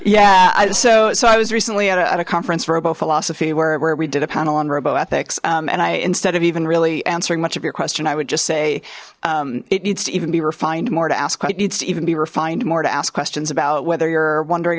yeah so so i was recently at a conference robo philosophy where we did a panel on robo ethics and i instead of even really answering much of your question i would just say it needs to even be refined more to ask what it needs to even be refined more to ask questions about whether you're wondering